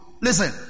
Listen